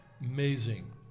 Amazing